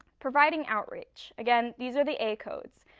providing outreach again, these are the a codes.